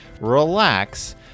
relax